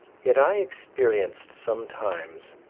yet i experienced sometimes